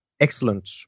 Excellent